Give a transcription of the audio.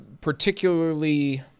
particularly